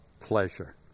pleasure